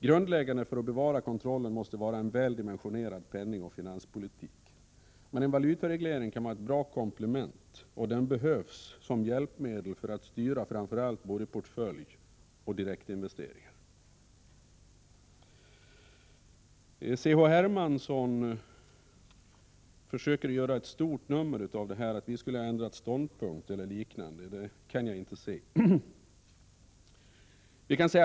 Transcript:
Grundläggande för att bevara kontrollen måste vara en väl dimensionerad penningoch finanspolitik, men en valutareglering kan vara ett bra komplement, och den behövs som hjälpmedel för att styra både portföljoch direktinvesteringar. Carl-Henrik Hermansson försöker göra ett stort nummer av att vi skulle ha ändrat ståndpunkt, men det kan jag inte se att vi har gjort.